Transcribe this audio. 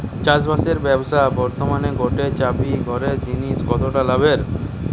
চাষবাসের ব্যাবসা বর্তমানে গটে চাষি ঘরের জিনে কতটা লাভের?